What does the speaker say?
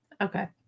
Okay